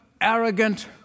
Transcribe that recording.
arrogant